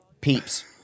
Peeps